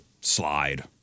slide